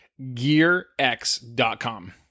GearX.com